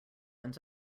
runs